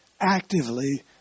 actively